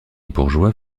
bourgeois